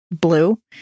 blue